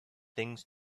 things